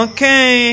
Okay